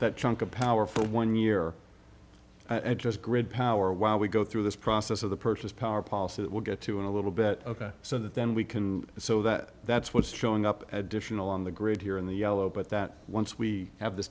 that chunk of power for one year and just grid power while we go through this process of the purchase power policy that we'll get to in a little bit ok so that then we can so that that's what's showing up at dish and on the grid here in the yellow but that once we have this